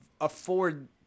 afford